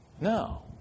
No